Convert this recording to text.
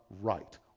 right